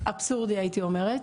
אבסורדי הייתי אומרת,